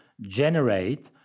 generate